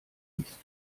gießt